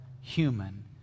human